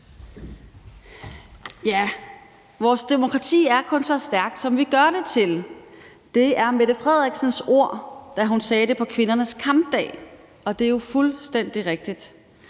Vores demokrati er kun så stærkt, som vi gør det til. Det var Mette Frederiksens ord, som hun sagde på kvindernes kampdag, og det er jo fuldstændig rigtigt.